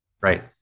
right